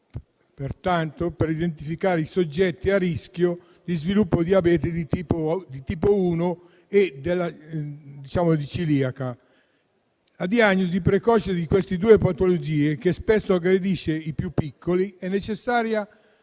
per identificare i soggetti a rischio di sviluppo di diabete di tipo 1 e di celiachia. La diagnosi precoce di queste due patologie che spesso aggrediscono i più piccoli è necessaria